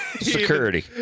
Security